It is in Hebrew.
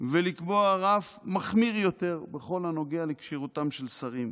ולקבוע רף מחמיר יותר בכל הנוגע לכשירותם של שרים.